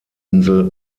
insel